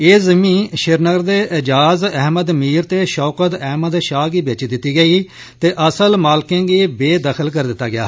एह् जमीन श्रीनगर दे एजाज अहमद मीर ते शौकत अहमद शाह गी बेची दित्ती गेई ते असल मालकें गी बेदखल करी दित्ता गेआ